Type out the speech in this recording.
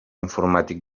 informàtic